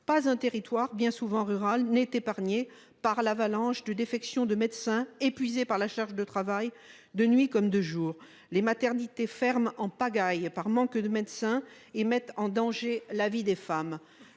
pas un territoire bien souvent rurales n'est épargné par l'avalanche de défections de médecins épuisés par la charge de travail de nuit comme de jour, les maternités ferme en pagaille, par manque de médecins et mettent en danger la vie des femmes.